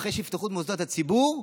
שאחרי שיפתחו את מוסדות הציבור,